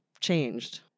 changed